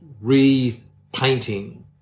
repainting